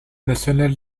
national